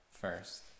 first